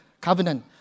covenant